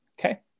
Okay